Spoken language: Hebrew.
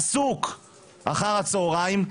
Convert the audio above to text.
עסוק אחר הצוהריים,